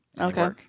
Okay